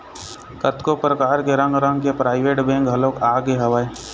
कतको परकार के रंग रंग के पराइवेंट बेंक घलोक आगे हवय